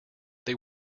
they